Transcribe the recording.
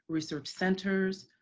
research centers.